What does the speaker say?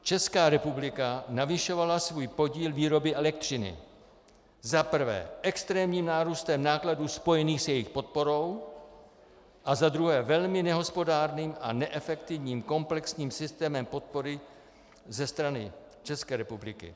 Česká republika navyšovala svůj podíl výroby elektřiny za prvé extrémním nárůstem nákladů spojených s jeho podporou a za druhé velmi nehospodárným a neefektivním komplexním systémem podpory ze strany České republiky.